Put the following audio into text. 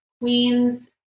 Queens